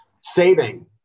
saving